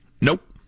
Nope